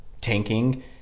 tanking